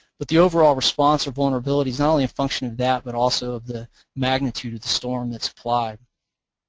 but the overall response or vulnerability is not only a function of that but also of the magnitude of the storm that's applied.